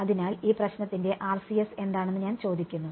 അതിനാൽ ഈ പ്രശ്നത്തിന്റെ RCS എന്താണെന്ന് ഞാൻ ചോദിക്കുന്നു